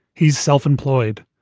he's self-employed.